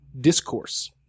discourse